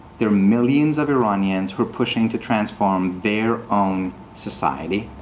there are millions of iranians who are pushing to transform their own society.